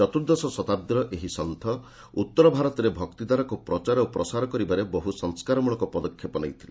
ଚତୁର୍ଦ୍ଦଶ ଶତାବ୍ଦୀର ଏହି ସନ୍ଥ ଉତ୍ତର ଭାରତରେ ଭକ୍ତିଧାରାକୁ ପ୍ରଚାର ଓ ପ୍ରସାର କରିବାରେ ବହୁ ସଂସ୍କାରମୂଳକ ପଦକ୍ଷେପ ନେଇଥିଲେ